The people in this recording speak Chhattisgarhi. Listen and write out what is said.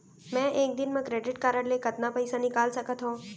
मैं एक दिन म क्रेडिट कारड से कतना पइसा निकाल सकत हो?